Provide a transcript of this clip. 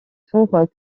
tours